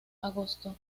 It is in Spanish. agosto